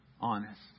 honest